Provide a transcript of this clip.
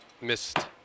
missed